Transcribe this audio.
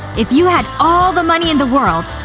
if you had all the money in the world,